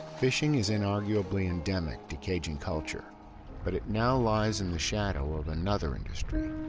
fishing is inarguably endemic to cajun culture but it now lies in the shadow of another industry.